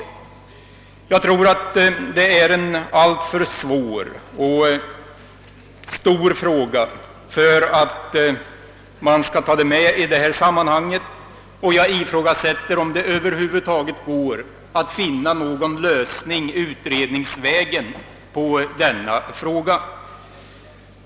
Jag tror att det är en alltför stor och svår fråga för att man skall kunna ta upp den i detta sammanhang, och jag ifrågasätter om det över huvud taget går att utredningsvägen finna en lösning på problemet.